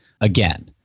again